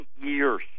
years